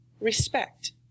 respect